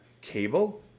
cable